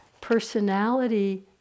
personality